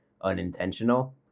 unintentional